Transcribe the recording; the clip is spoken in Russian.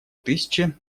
тысячи